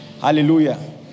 Hallelujah